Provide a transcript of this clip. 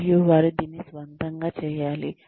మరియు వారు దీన్ని స్వంతంగా చేయాలి